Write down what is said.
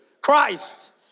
Christ